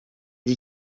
dit